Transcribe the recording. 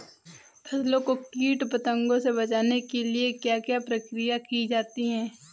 फसलों को कीट पतंगों से बचाने के लिए क्या क्या प्रकिर्या की जाती है?